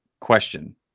question